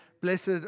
blessed